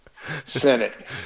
Senate